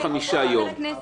או 45 ימים.